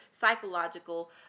psychological